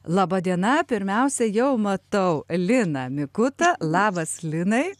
laba diena pirmiausia jau matau liną mikutą labas linai